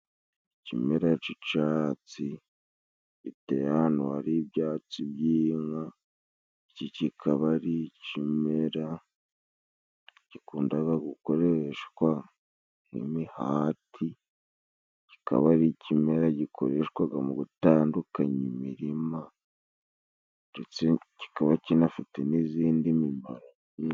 Ikimera c'icatsi giteye ahantu hari ibyatsi by'inka, iki kikaba ari ikimera gikundaga gukoreshwa nk'imihati, kikaba ari ikimera gikoreshwaga mu gutandukanya imirima ndetse kikaba kinafite n'izindi mimaro myinshi.